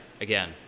again